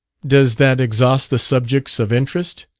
does that exhaust the subjects of interest?